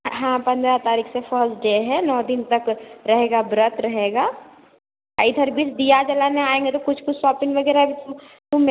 हाँ पंद्रह तारीख़ से फर्स्ट डे है नौ दिन तक रहेगा व्रत रहेगा आ इधर बीच दिया जलाने आएँगे तो कुछ कुछ शॉपिंग वग़ैरह भी तो तो मैं